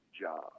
job